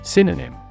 Synonym